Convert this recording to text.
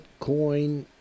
Bitcoin